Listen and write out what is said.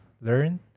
learn